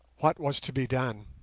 what was to be done?